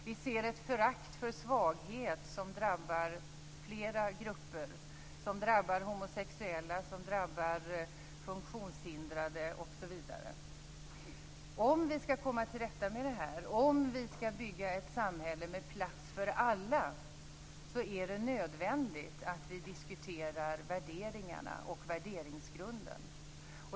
Vi ser ett förakt för svaghet som drabbar flera grupper - som drabbar homosexuella, funktionshindrade osv. Om vi skall komma till rätta med detta och om vi skall bygga ett samhälle med plats för alla är det nödvändigt att vi diskuterar värderingarna och värderingsgrunden.